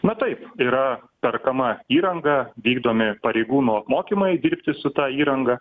na taip yra perkama įranga vykdomi pareigūnų apmokymai dirbti su ta įranga